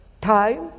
time